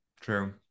true